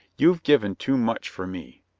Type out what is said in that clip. you've given too much for me.